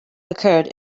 occurred